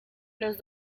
los